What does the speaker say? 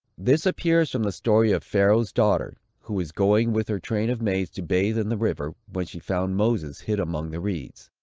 this appears from the story of pharaoh's fourteen daughter, who was going with her train of maids to bathe in the river, when she found moses hid among the reeds.